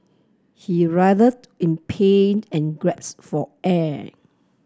he writhed in pain and grasped for air